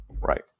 Right